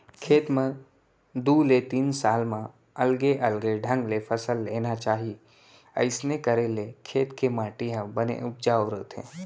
खेत म दू ले तीन साल म अलगे अलगे ढंग ले फसल लेना चाही अइसना करे ले खेत के माटी ह बने उपजाउ रथे